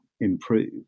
improve